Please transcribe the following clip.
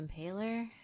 Impaler